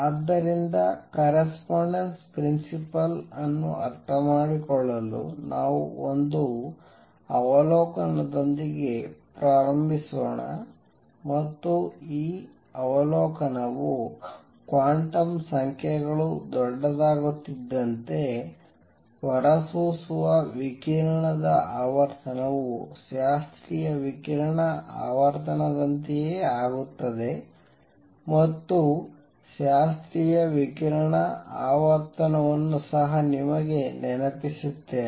ಆದ್ದರಿಂದ correspondence principle ಅನ್ನು ಅರ್ಥಮಾಡಿಕೊಳ್ಳಲು ನಾವು ಒಂದು ಅವಲೋಕನದೊಂದಿಗೆ ಪ್ರಾರಂಭಿಸೋಣ ಮತ್ತು ಈ ಅವಲೋಕನವು ಕ್ವಾಂಟಮ್ ಸಂಖ್ಯೆಗಳು ದೊಡ್ಡದಾಗುತ್ತಿದ್ದಂತೆ ಹೊರಸೂಸುವ ವಿಕಿರಣದ ಆವರ್ತನವು ಶಾಸ್ತ್ರೀಯ ವಿಕಿರಣ ಆವರ್ತನದಂತೆಯೇ ಆಗುತ್ತದೆ ಮತ್ತು ಶಾಸ್ತ್ರೀಯ ವಿಕಿರಣ ಆವರ್ತನವನ್ನು ಸಹ ನಿಮಗೆ ನೆನಪಿಸುತ್ತೇನೆ